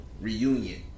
reunion